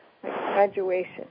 graduation